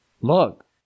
look